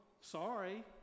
Sorry